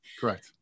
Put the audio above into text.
Correct